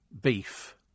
beef